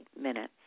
minutes